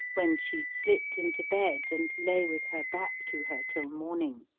when she slips into bed and lay with her back to her till morning.